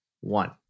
One